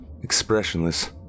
expressionless